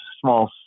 Small